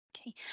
Okay